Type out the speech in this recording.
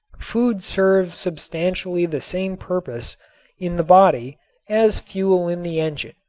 food serves substantially the same purpose in the body as fuel in the engine.